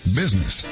business